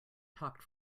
talked